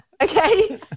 okay